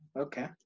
okay